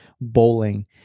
bowling